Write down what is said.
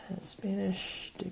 Spanish